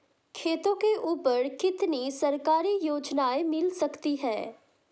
खेतों के ऊपर कितनी सरकारी योजनाएं मिल सकती हैं?